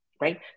right